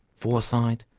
foresight,